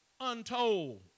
untold